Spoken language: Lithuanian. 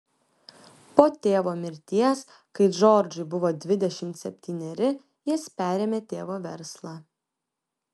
po tėvo mirties kai džordžui buvo dvidešimt septyneri jis perėmė tėvo verslą